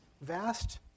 vast